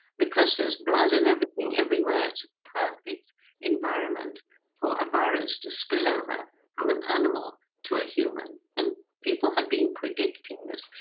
because there's blood and everything everywhere, it's a perfect environment for a virus to spill over from an animal to a human. and people have been predicting this.